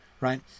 right